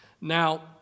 Now